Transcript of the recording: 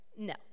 No